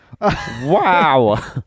Wow